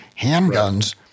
Handguns